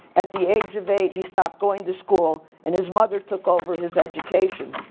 at the age of eight he stopped going to school and his mother took over his education.